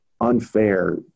unfair